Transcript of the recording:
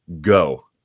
go